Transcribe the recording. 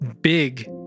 big